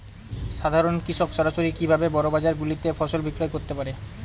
সাধারন কৃষক সরাসরি কি ভাবে বড় বাজার গুলিতে ফসল বিক্রয় করতে পারে?